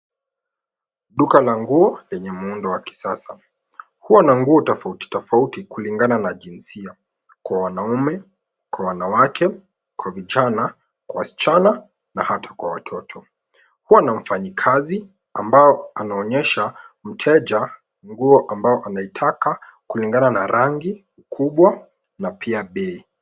Duka la nguo lenye muundo wa kisasa. Huwa na nguo tofauti tofauti kulingana na jinsia kwa wanaume, kwa wanawake, kwa vijana, kwa waschana na hata kwa watoto. Hua na mfanyikazi ambao anaonyesha mteja nguo ambao anaitaka kulingana na rangi, ukubwa na pia bei.